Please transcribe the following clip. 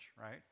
right